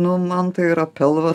nu man tai yra pilvas